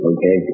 Okay